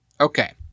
Okay